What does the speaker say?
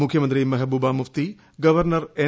മുഖ്യമന്ത്രി Mehbooba Mufti governor N